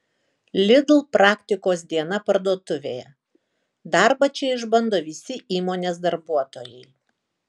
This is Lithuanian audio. lidl praktikos diena parduotuvėje darbą čia išbando visi įmonės darbuotojai